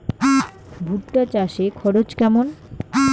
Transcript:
ভুট্টা চাষে খরচ কেমন?